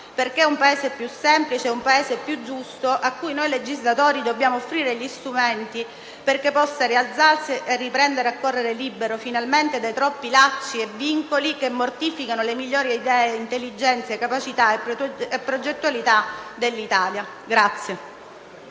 perché un Paese più semplice è un Paese più giusto, cui noi legislatori dobbiamo offrire gli strumenti perché possa rialzarsi e riprendere a correre, finalmente libero dai troppi lacci e vincoli che mortificano le migliori idee, intelligenze, capacità e progettualità dell'Italia.